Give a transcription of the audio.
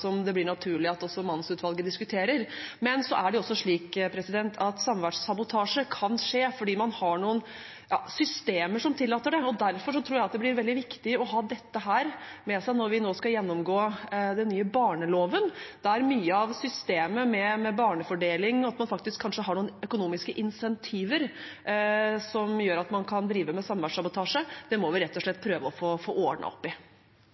som det blir naturlig at mannsutvalget diskuterer. Men det er også slik at samværssabotasje kan skje fordi man har noen systemer som tillater det. Derfor tror jeg at det blir veldig viktig å ha dette med seg når vi nå skal gjennomgå den nye barneloven, og der mye av systemet med barnefordeling og at man faktisk kanskje har noen økonomiske insentiver som gjør at man kan drive med samværssabotasje. Det må vi rett og slett prøve å få ordnet opp i.